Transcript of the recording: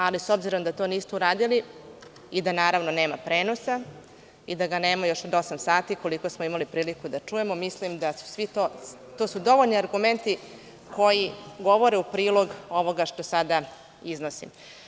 Ali, s obzirom da to niste uradili i da naravno nema prenosa, i da ga nema još od osam sati koliko smo imali priliku da čujemo, mislim da su to dovoljni argumenti koji govore u prilog ovoga što sada iznosim.